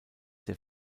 der